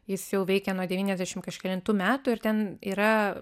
jis jau veikia nuo devyniasdešim kažkelintų metų ir ten yra